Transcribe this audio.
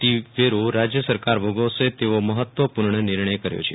T વેરો રાજ્ય્ સરકાર ભોગવશે તેવો મહત્વપુર્ણ નિર્ણય કર્યો છે